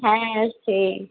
হ্যাঁ সেই